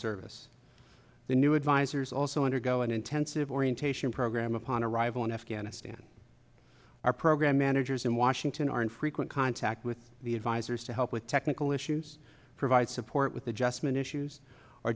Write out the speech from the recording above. service the new advisors also undergo an intensive orientation program upon arrival in afghanistan our program managers in washington are in frequent contact with the advisors to help with technical issues provide support with adjustment issues or